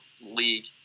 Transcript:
league